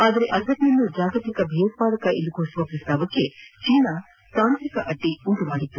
ಆದರೆ ಅಜರ್ನನ್ನು ಜಾಗತಿಕ ಭಯೋತ್ವಾದಕನೆಂದು ಫೋಷಿಸುವ ಪ್ರಸ್ತಾವಕ್ಕೆ ಚೀನಾ ತಾಂತ್ರಿಕ ಅಡ್ಡಿ ಉಂಟು ಮಾಡಿತ್ತು